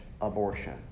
abortion